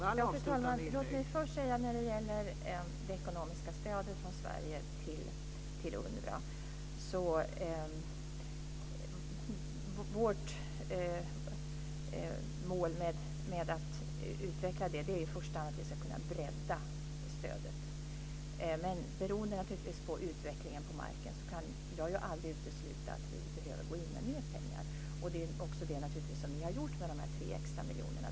Fru talman! Vårt mål med att utveckla vårt ekonomiska stöd till UNRWA är i första hand att bredda stödet. Men beroende på utvecklingen på marken kan jag aldrig utesluta att vi behöver gå in med mer pengar. Det är också det som vi har gjort genom de här extra 3 miljonerna.